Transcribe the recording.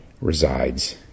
resides